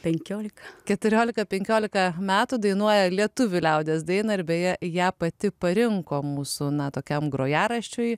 penkiolika keturiolika penkiolika metų dainuoja lietuvių liaudies dainą ir beje ją pati parinko mūsų na tokiam grojaraščiui